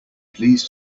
please